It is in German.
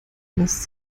lässt